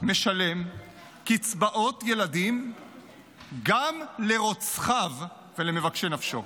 משלם קצבאות ילדים גם לרוצחיו ולמבקשי נפשו.